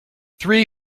three